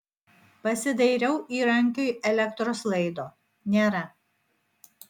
pasidairiau įrankiui elektros laido nėra